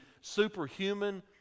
superhuman